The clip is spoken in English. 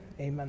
Amen